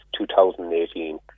2018